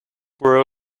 were